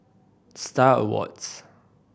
Star Awards